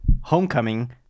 Homecoming